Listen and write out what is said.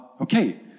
Okay